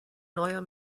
neuer